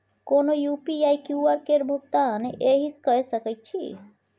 कोनो UPI QR केर भुगतान एहिसँ कए सकैत छी